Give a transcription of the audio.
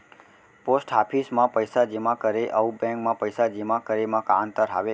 post office मा पइसा जेमा करे अऊ बैंक मा पइसा जेमा करे मा का अंतर हावे